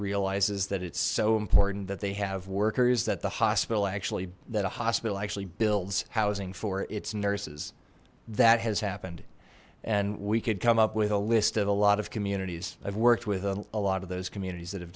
realizes that it's so important that they have workers that the hospital actually that a hospital actually builds housing for its nurses that has happened and we could come up with a list of a lot of communities i've worked with a lot of those communities that have